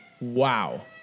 Wow